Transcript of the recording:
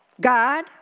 God